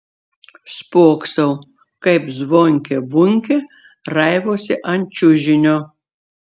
spoksau kaip zvonkė bunkė raivosi ant čiužinio